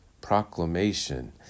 proclamation